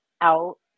out